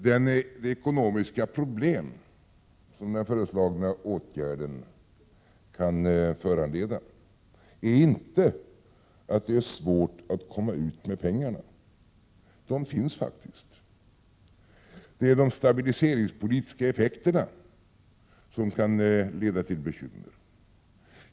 Det ekonomiska problem som den föreslagna åtgärden kan föranleda är inte att det är svårt att komma ut med pengarna — de finns faktiskt — utan det är de stabiliseringspolitiska effekterna som kan leda till bekymmer.